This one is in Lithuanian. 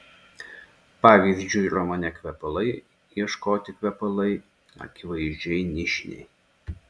pavyzdžiui romane kvepalai ieškoti kvepalai akivaizdžiai nišiniai